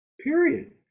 Period